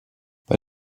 bei